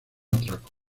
atraco